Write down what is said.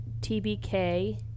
TBK